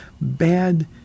bad